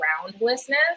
groundlessness